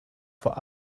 for